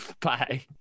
bye